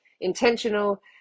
intentional